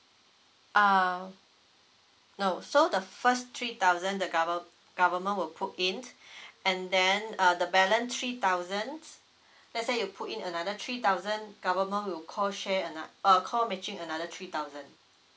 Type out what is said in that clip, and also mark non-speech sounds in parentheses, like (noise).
err no so the first three thousand the gover~ government will put in (breath) and then uh the balance three thousands let's say you put in another three thousand government will call share ano~ uh call matching another three thousand